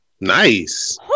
Nice